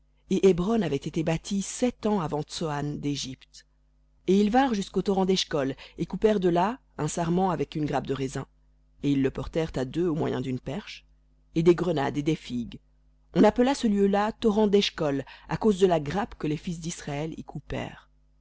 hébron avait été bâtie sept ans avant tsoan dégypte et ils vinrent jusqu'au torrent d'eshcol et coupèrent de là un sarment avec une grappe de raisin et ils le portèrent à deux au moyen d'une perche et des grenades et des figues on appela ce lieu-là torrent d'eshcol à cause de la grappe que les fils d'israël y coupèrent